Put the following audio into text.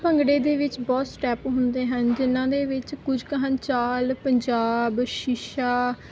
ਭੰਗੜੇ ਦੇ ਵਿੱਚ ਬਹੁਤ ਸਟੈਪ ਹੁੰਦੇ ਹਨ ਜਿਹਨਾਂ ਦੇ ਵਿੱਚ ਕੁਝ ਕੁ ਹਨ ਚਾਲ ਪੰਜਾਬ ਸ਼ੀਸ਼ਾ